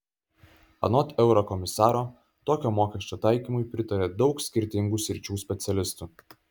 anot eurokomisaro tokio mokesčio taikymui pritaria daug skirtingų sričių specialistų